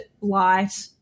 light